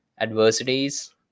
adversities